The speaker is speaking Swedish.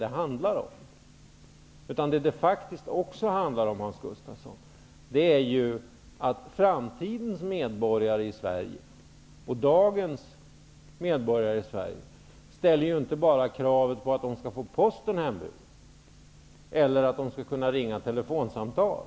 Det handlar faktiskt också om, Hans Gustafsson, att dagens och framtidens medborgare i Sverige inte bara ställer krav på att få posten hemburen och att kunna ringa ett telefonsamtal.